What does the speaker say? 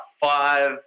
five